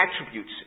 attributes